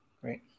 Great